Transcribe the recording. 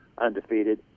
undefeated